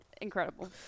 incredible